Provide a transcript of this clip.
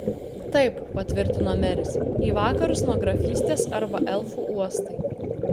taip patvirtino meris į vakarus nuo grafystės arba elfų uostai